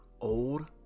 old